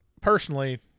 personally